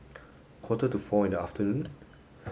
quarter to four in the afternoon